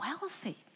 wealthy